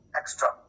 extra